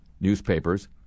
Newspapers